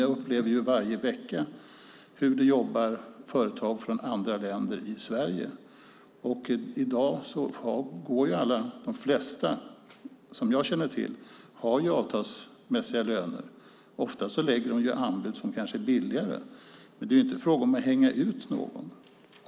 Jag upplever varje vecka hur företag från andra länder jobbar i Sverige, och i dag har de allra flesta, de som jag känner till, avtalsmässiga löner. Ofta lägger de anbud som kanske är billigare, men det är inte fråga om att hänga ut någon.